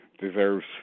Deserves